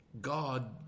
God